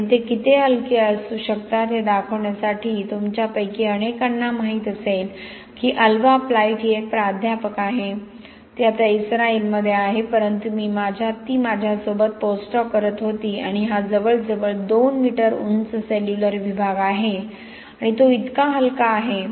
आणि ते किती हलके असू शकते हे दाखवण्यासाठी तुमच्यापैकी अनेकांना माहित असेल की अल्वा प्लाइट ही एक प्राध्यापक आहे ती आता इस्रायलमध्ये आहे परंतु ती माझ्यासोबत पोस्टडॉक करत होती आणि हा जवळजवळ 2 मीटर उंच सेल्युलर विभाग आहे आणि तो इतका हलका आहे